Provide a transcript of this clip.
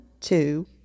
two